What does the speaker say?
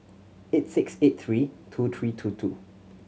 eight six eight three two three two two